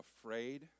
afraid